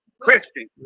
Christian